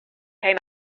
came